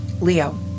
Leo